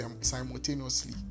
simultaneously